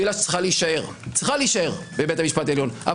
עילה שצריכה להישאר בבית המשפט העליון,